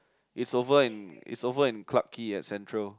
it's over in it's over in Clarke Quay at Central